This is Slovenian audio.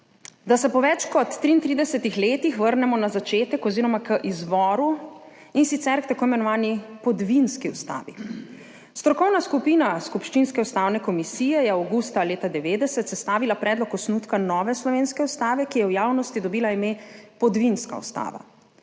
Da se po več kot 33 letih vrnemo na začetek oziroma k izvoru, in sicer k tako imenovani podvinski ustavi. Strokovna skupina skupščinske ustavne komisije je avgusta leta 1990 sestavila predlog osnutka nove slovenske ustave, ki je v javnosti dobila ime podvinska ustava,